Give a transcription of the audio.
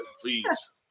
please